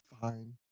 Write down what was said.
Fine